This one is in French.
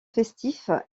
festif